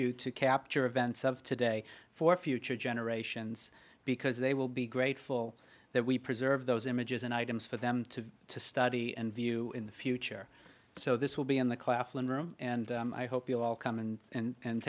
you to capture events of today for future generations because they will be grateful that we preserve those images and items for them to to study and view in the future so this will be in the claflin room and i hope you all come and